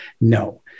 No